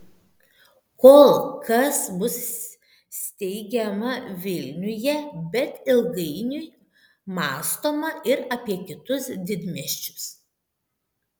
kol kas bus steigiama vilniuje bet ilgainiui mąstoma ir apie kitus didmiesčius